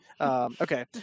Okay